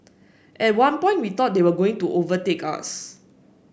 at one point we thought they were going to overtake us